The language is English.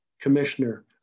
commissioner